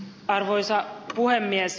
arvoisa puhemies